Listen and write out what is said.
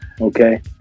Okay